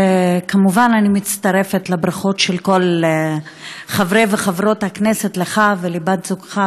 כמובן אני מצטרפת לברכות של כל חברי וחברות הכנסת לך ולבת-זוגך,